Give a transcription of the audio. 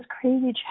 crazy